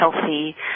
healthy